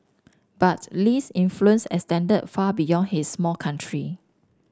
but Lee's influence extended far beyond his small country